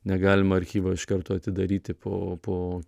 negalima archyvo iš karto atidaryti po po